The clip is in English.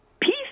peace